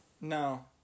No